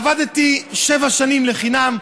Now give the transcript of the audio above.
עבדתי שבע שנים לחינם,